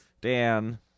Dan